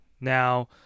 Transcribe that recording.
Now